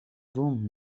doen